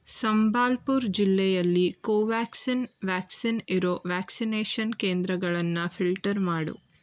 ಸಂಬಾಲ್ಪುರ್ ಜಿಲ್ಲೆಯಲ್ಲಿ Covaxin vaccine ಇರೋ vaccination ಕೇಂದ್ರಗಳನ್ನು ಫಿಲ್ಟರ್ ಮಾಡು